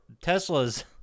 Teslas